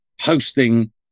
hosting